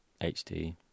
HD